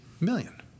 million